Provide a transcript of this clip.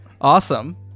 Awesome